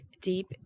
deep